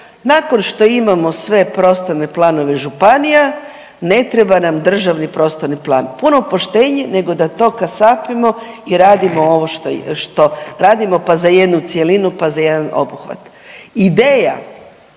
nakon što imamo sve prostorne planove županija ne treba nam državni prostorni plan, puno poštenije nego da to kasapimo i radimo ovo što radimo, pa za jednu cjelinu, pa za jedan obuhvat. Ideja